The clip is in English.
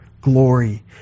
glory